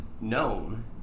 known